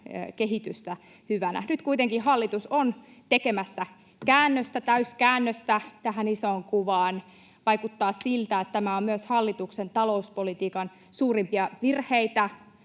kehitystä hyvänä. Nyt kuitenkin hallitus on tekemässä käännöstä, täyskäännöstä, tähän isoon kuvaan. Vaikuttaa siltä, että tämä on myös hallituksen talouspolitiikan suurimpia virheitä.